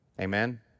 Amen